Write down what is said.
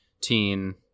teen